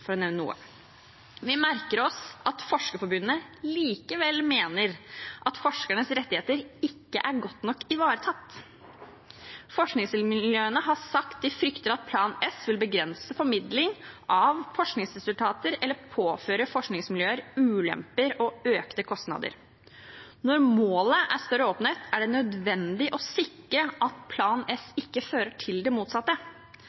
for å nevne noe. Vi merker oss at Forskerforbundet likevel mener at forskernes rettigheter ikke er godt nok ivaretatt. Forskningsmiljøene har sagt at de frykter at Plan S vil begrense formidling av forskningsresultater eller påføre forskningsmiljøer ulemper og økte kostnader. Når målet er større åpenhet, er det nødvendig å sikre at Plan